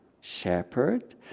shepherd